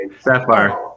Sapphire